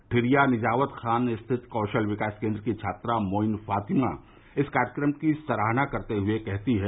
ठिरिया निजावत खान स्थित कौशल विकास केन्द्र की छात्रा मोईन फातिमा इस कार्यक्रम की सराहना करते हुए कहती हैं